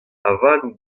avaloù